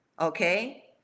okay